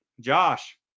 Josh